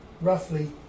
roughly